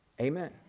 Amen